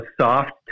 soft